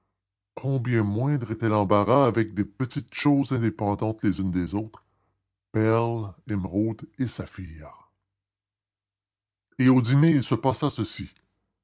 combien moindre était l'embarras avec de petites choses indépendantes les unes des autres perles émeraudes et saphirs et au dîner il se passa ceci